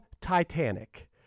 Titanic